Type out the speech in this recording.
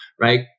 Right